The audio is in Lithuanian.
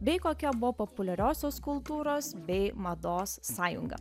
bei kokia buvo populiariosios kultūros bei mados sąjunga